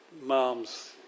moms